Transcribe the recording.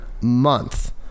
month